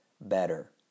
better